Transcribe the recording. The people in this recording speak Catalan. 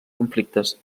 conflictes